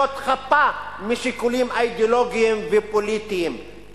חפה משיקולים אידיאולוגיים ופוליטיים,